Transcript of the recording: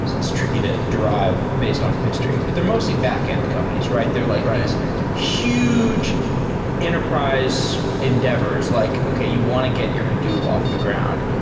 it's tricky to derive based off of history, but they're mostly backend companies. they're like these huge enterprise endeavors like, okay. you want to get your hadoop off the ground.